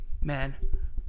Man